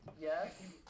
yes